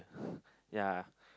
yeah